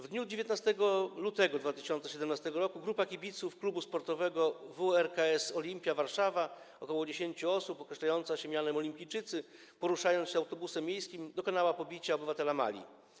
W dniu 19 lutego 2017 r. grupa kibiców klubu sportowego WRKS Olimpia Warszawa - ok. 10 osób - określająca się mianem „Olimpijczycy”, poruszając się autobusem miejskim, dokonała pobicia obywatela Mali.